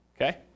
okay